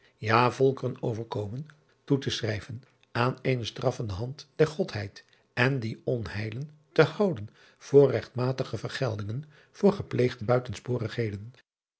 ja volkeren overkomen toe te schrijven aan eene straffende hand der odheid en die onheilen te houden door regtmatige vergeldingen voor gepleegde buitensporigheden